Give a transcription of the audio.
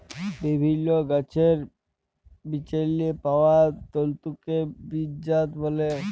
বিভিল্ল্য গাহাচের বিচেল্লে পাউয়া তল্তুকে বীজজাত ব্যলে